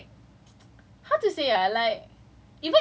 no it's not managing time it's okay it's like